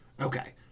Okay